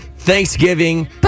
Thanksgiving